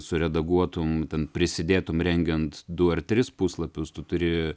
suredaguotum ten prisidėtum rengiant du ar tris puslapius tu turi